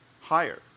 higher